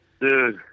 Dude